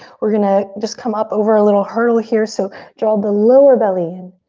we're gonna just come up over a little hurtle here so draw the lower belly in.